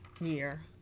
year